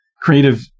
creative